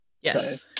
yes